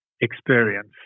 experience